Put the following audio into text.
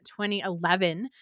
2011